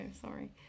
sorry